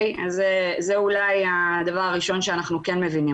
זה אולי הדבר הראשון שאנחנו כן מבינים,